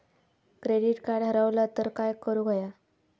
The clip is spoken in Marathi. क्रेडिट कार्ड हरवला तर काय करुक होया?